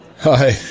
Hi